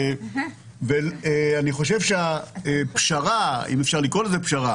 אני חושב שהפשרה אם אפשר לקרוא לזה פשרה